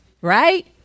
right